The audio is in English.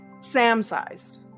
Sam-sized